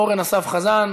אורן אסף חזן.